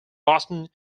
boston